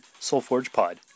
soulforgepod